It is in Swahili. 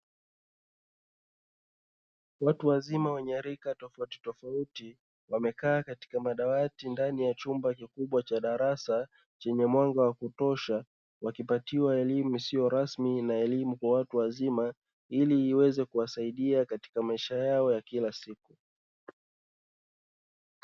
Watu wazima wenye rika tofautitofauti, wamekaa katika madawati ndani ya chumba kikubwa cha darasa; chenye mwanga wa kutosha, wakipatiwa elimu isiyo rasmi na elimu kwa watu wazima ili iweze kuwasaidia katika maisha yao ya kila siku.